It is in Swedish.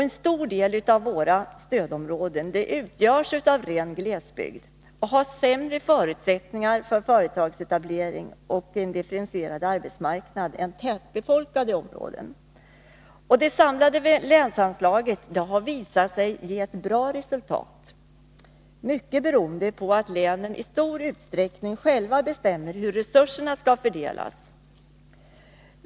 En stor del av våra stödområden utgörs av ren glesbygd. De har sämre förutsättningar för företagsetablering och en differentierad arbetsmarknad än tätbefolkade områden. Det samlade länsanslaget har visat sig ge ett bra resultat, mycket beroende på att länen i stor utsträckning själva bestämmer hur resurserna skall fördelas.